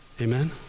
Amen